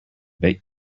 bet